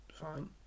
fine